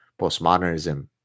postmodernism